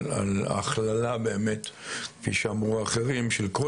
על הכללה באמת כפי שאמרו אחרים של כל